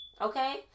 Okay